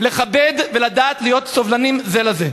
שנדע לכבד ולהיות סובלניים זה לזה.